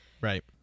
right